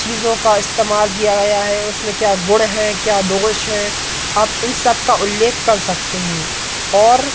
चीजों का इस्तेमाल किया गया है उसमें क्या गुण हैं क्या दोष हैं अब इन सब का उल्लेख कर सकते हैं और